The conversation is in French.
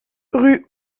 rue